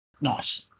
Nice